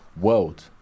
world